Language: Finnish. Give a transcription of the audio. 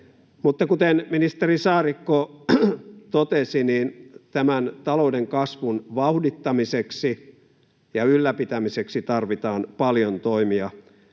Mutta, kuten ministeri Saarikko totesi, tämän talouden kasvun vauhdittamiseksi ja ylläpitämiseksi tarvitaan paljon toimia,